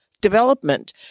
development